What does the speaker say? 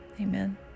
amen